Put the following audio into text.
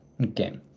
Okay